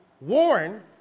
Warren